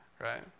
Right